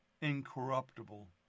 incorruptible